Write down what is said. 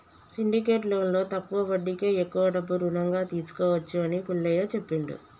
syndicate లోన్లో తక్కువ వడ్డీకే ఎక్కువ డబ్బు రుణంగా తీసుకోవచ్చు అని పుల్లయ్య చెప్పిండు